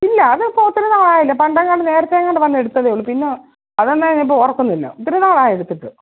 ഇല്ല അതിപ്പോൾ ഒത്തിരി നാളായില്ലേ പണ്ട് എങ്ങാണ്ട് നേരത്തേയെങ്ങാണ്ട് വന്ന് എടുത്തതേയുള്ളൂ പിന്നെ അത് എന്നായിരുന്നു ഇപ്പം ഓർക്കുന്നില്ല ഒത്തിരി നാളായി എടുത്തിട്ട്